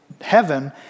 heaven